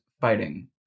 Fighting